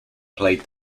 played